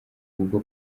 ubwo